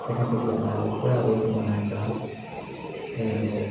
केटाकेटीहरूलाई अब पुरा उयो बनाएको छ त्यही अब